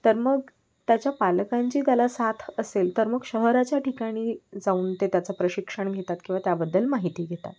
तर मग त्याच्या पालकांची त्याला साथ असेल तर मग शहराच्या ठिकाणी जाऊन ते त्याचं प्रशिक्षण घेतात किंवा त्याबद्दल माहिती घेतात